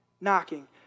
knocking